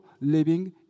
living